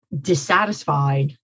dissatisfied